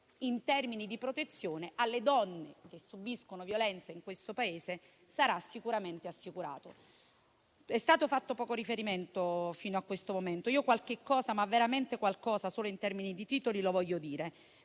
in termini di protezione alle donne che subiscono violenza in questo Paese sarà sicuramente assicurato. Vi è stato fatto poco riferimento fino a questo momento, ma qualche cosa, anche solo in termini di titoli, lo voglio dire: